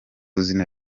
izina